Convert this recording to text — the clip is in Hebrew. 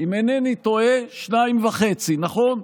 אם אינני טועה, זה 2.5, נכון?